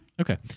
Okay